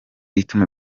ituma